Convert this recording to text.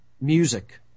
music